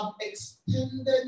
extended